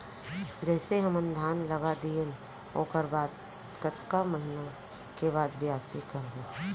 जइसे हमन धान लगा दिएन ओकर बाद कतका महिना के बाद बियासी करबो?